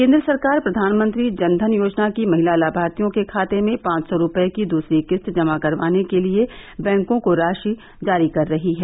केन्द्र सरकार प्रघानमंत्री जनधन योजना की महिला लाभार्थियों के खाते में पांच सौ रुपये की दूसरी किस्त जमा करवाने के लिए बैंकॉ को राशि जारी कर रही है